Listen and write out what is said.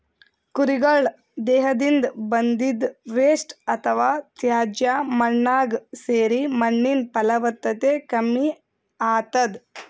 ಕುರಿಗಳ್ ದೇಹದಿಂದ್ ಬಂದಿದ್ದ್ ವೇಸ್ಟ್ ಅಥವಾ ತ್ಯಾಜ್ಯ ಮಣ್ಣಾಗ್ ಸೇರಿ ಮಣ್ಣಿನ್ ಫಲವತ್ತತೆ ಕಮ್ಮಿ ಆತದ್